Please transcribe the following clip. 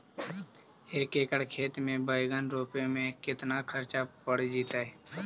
एक एकड़ खेत में बैंगन रोपे में केतना ख़र्चा पड़ जितै?